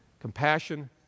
compassion